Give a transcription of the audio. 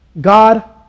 God